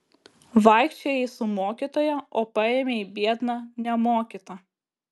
vaikščiojai su mokytoja o paėmei biedną nemokytą